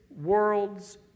world's